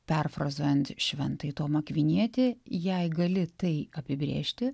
perfrazuojant šventąjį tomą akvinietį jei gali tai apibrėžti